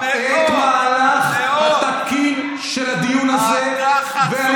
אתה תקרא אותנו בפעם השנייה ובפעם השלישית.